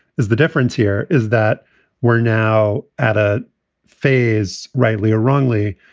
is the difference here is that we're now at a phase. rightly or wrongly,